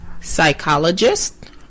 Psychologist